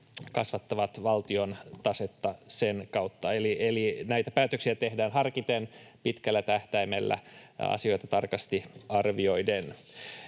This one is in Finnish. kasvattavat valtion tasetta. Eli näitä päätöksiä tehdään harkiten, pitkällä tähtäimellä ja asioita tarkasti arvioiden.